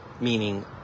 meaning